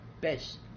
best